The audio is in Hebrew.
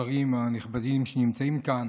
השרים הנכבדים שנמצאים כאן,